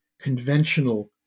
conventional